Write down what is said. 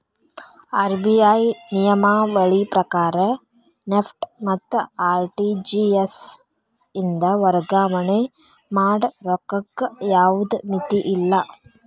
RBI ನಿಯಮಾವಳಿ ಪ್ರಕಾರ NEFT ಮತ್ತ ಆರ್.ಟಿ.ಜಿ.ಎಸ್ ಇಂದ ವರ್ಗಾವಣೆ ಮಾಡ ರೊಕ್ಕಕ್ಕ ಯಾವ್ದ್ ಮಿತಿಯಿಲ್ಲ